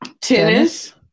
Tennis